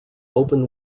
open